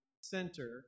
center